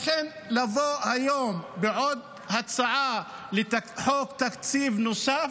לכן לבוא היום בעוד הצעת חוק לתקציב נוסף,